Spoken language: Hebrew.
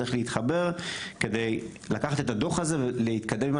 צריך להתחבר כדי לקחת את הדו"ח הזה ולהתקדם עם